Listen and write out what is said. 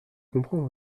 comprends